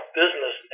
business